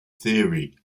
theory